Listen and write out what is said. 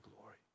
glory